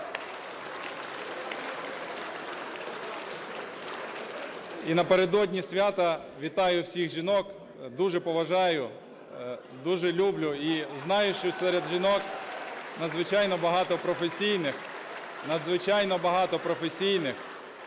І напередодні свята вітаю всіх жінок. Дуже поважаю, дуже люблю. І знаю, що серед жінок надзвичайно багато професійних… надзвичайно багато професійних,